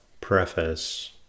Preface